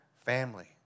family